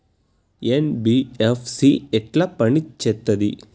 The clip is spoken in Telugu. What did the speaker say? ఎన్.బి.ఎఫ్.సి ఎట్ల పని చేత్తది?